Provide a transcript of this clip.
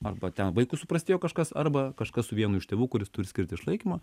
arba ten vaikui suprastėjo kažkas arba kažkas su vienu iš tėvų kuris turi skirt išlaikymą